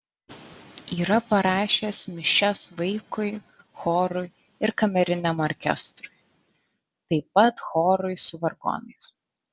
yra parašęs mišias vaikui chorui ir kameriniam orkestrui taip pat chorui su vargonais